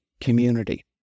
community